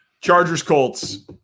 Chargers-Colts